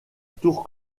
tour